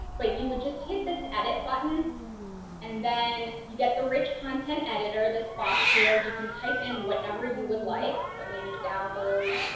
but you would just hit this edit button and then you get the rich content editor this box here, you can type in whatever you would like. so maybe download